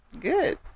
Good